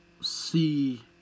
see